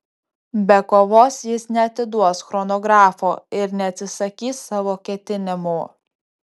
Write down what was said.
be kovos jis neatiduos chronografo ir neatsisakys savo ketinimų